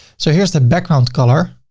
so here's the background color.